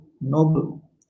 noble